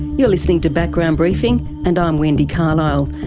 you're listening to background briefing, and i'm wendy carlisle.